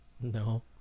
No